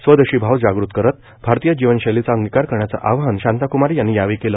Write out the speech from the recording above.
स्वदेशीभाव जागृत करत भारतीय जीवन शैलीचा अंगीकार करण्याचं आवाहन शांता कुमारी यांनी यावेळी केले